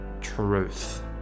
truth